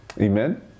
Amen